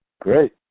great